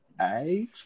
eight